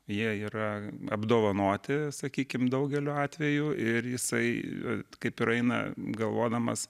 jie yra apdovanoti sakykim daugeliu atvejų ir jisai kaip ir eina galvodamas